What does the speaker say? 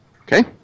Okay